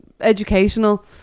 educational